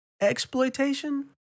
exploitation